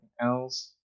else